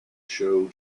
show